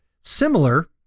similar